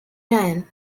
ryan